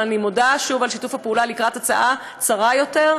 אבל אני מודה שוב על שיתוף הפעולה לקראת הצעה צרה יותר,